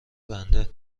بنده